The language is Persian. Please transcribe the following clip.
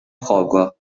خوابگاه